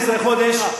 18 חודש,